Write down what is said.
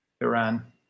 Iran